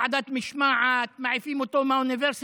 ועדת משמעת, מעיפים אותו מהאוניברסיטה,